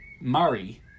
Murray